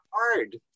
Hard